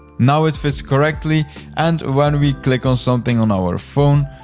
now it fits correctly and when we click on something on our phone,